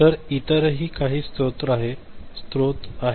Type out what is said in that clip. तर इतरही काही स्रोत आहेत